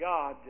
God